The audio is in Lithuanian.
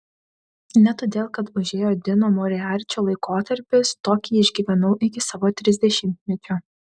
ne todėl kad užėjo dino moriarčio laikotarpis tokį išgyvenau iki savo trisdešimtmečio